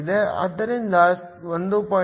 ಆದ್ದರಿಂದ 1